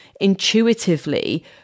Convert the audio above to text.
intuitively